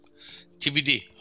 TBD